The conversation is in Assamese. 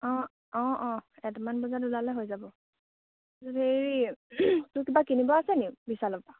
অঁ অঁ অঁ এটা মান বজাত ওলালে হৈ যাব হেৰি তোৰ কিবা কিনিব আছেনি বিছালৰ পৰা